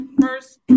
first